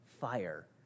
fire